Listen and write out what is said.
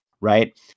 right